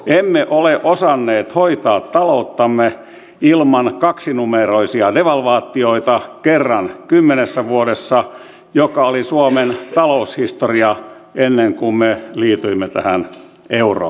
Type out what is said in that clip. emme ole osanneet hoitaa talouttamme ilman kaksinumeroisia devalvaatioita kerran kymmenessä vuodessa mikä oli suomen taloushistoria ennen kuin me liityimme tähän euroon